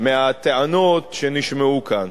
מהטענות שנשמעו כאן.